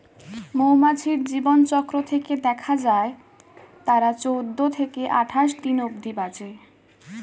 মৌমাছির জীবনচক্র থেকে দেখা যায় তারা চৌদ্দ থেকে আটাশ দিন অব্ধি বাঁচে